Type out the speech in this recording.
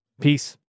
Peace